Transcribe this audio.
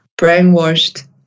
brainwashed